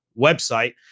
website